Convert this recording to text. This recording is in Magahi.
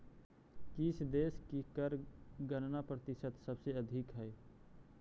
किस देश की कर गणना प्रतिशत सबसे अधिक हई